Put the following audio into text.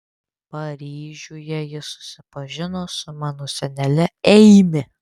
paryžiuje jis susipažino su mano senele eimi